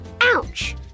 Ouch